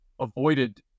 avoided